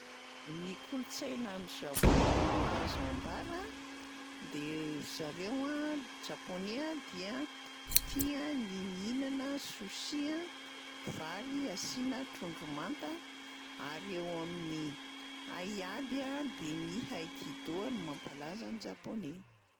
Ny kolontsaina any Japon azo ambara de ry zareo a japoney a dia tia ny mihinana sushi a: vary asiana trondro manta; ary eo amin'ny haiady a de ny aïkido no mampalaza ny japoney.